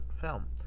film